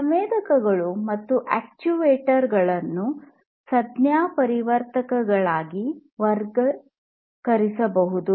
ಸಂವೇದಕಗಳು ಮತ್ತು ಅಕ್ಚುಯೇಟರ್ ಗಳನ್ನು ಸಂಜ್ಞಾಪರಿವರ್ತಕಗಳಾಗಿ ವರ್ಗೀಕರಿಸಬಹುದು